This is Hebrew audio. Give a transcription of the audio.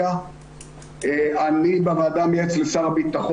זימנתי אלי הביתה את